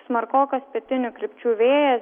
smarkokas pietinių krypčių vėjas